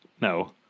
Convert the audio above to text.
no